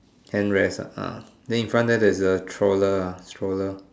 hand rest ah then in front there's stroller ah stroller